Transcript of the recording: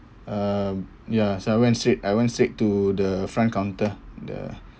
uh ya so I went straight I went straight to the front counter the